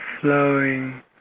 flowing